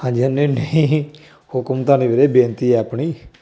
ਹਾਂਜੀ ਨਹੀਂ ਨਹੀਂ ਹੁਕਮ ਤਾਂ ਨਹੀਂ ਵੀਰੇ ਬੇਨਤੀ ਹੈ ਆਪਣੀ